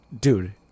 Dude